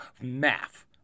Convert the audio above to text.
math